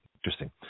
Interesting